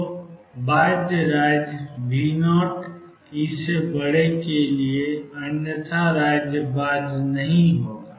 तो बाध्य राज्य V0E के लिए अन्यथा राज्य बाध्य नहीं होगा